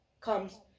Comes